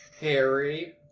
Harry